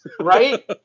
Right